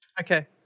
Okay